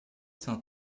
cent